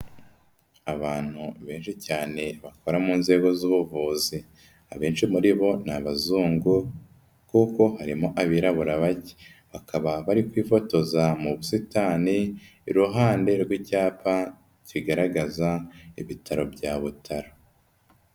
Abantu benshi cyane bakora mu nzego z'ubuvuzi, abenshi muri bo ni abazungu kuko harimo abirabura bacye, bakaba bari kwifotoza mu busitani iruhande rw'icyapa kigaragaza ibitaro bya Butaro.